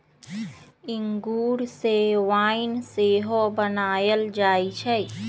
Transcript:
इंगूर से वाइन सेहो बनायल जाइ छइ